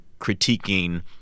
critiquing